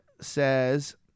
says